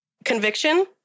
Conviction